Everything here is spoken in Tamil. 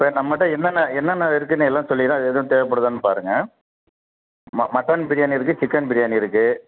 இப்போ நம்மகிட்ட என்னென்ன என்னென்ன இருக்குன்னு எல்லாம் சொல்லிடுறேன் அது எதுவும் தேவைப்படுதான்னு பாருங்கள் ம மட்டன் பிரியாணி இருக்கு சிக்கன் பிரியாணி இருக்கு